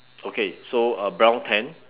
okay so a brown tent